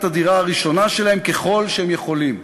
הדירה הראשונה שלהם ככל שהם יכולים.